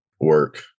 work